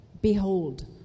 behold